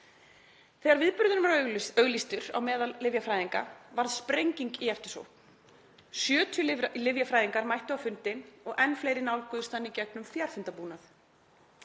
Þegar viðburðurinn var auglýstur á meðal lyfjafræðinga varð sprenging í eftirsókn. 70 lyfjafræðingar mættu á fundinn og enn fleiri nálguðust hann í gegnum fjarfundabúnað.